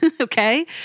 Okay